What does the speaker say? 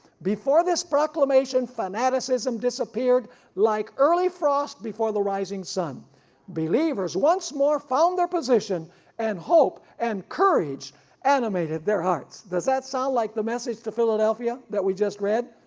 before this proclamation fanaticism disappeared like early frost before the rising sun believers once more found their position and hope and courage animated their hearts. does that sound like the message to philadelphia that we just read?